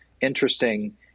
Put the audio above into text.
interesting